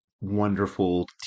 wonderful